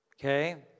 okay